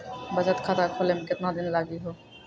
बचत खाता खोले मे केतना दिन लागि हो?